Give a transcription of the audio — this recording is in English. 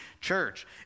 church